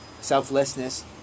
selflessness